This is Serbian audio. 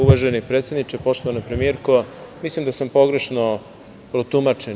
Uvaženi predsedniče, poštovana premijerko, mislim da sam pogrešno protumačen.